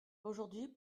aujourd’hui